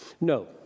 No